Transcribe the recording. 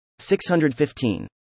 615